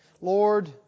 Lord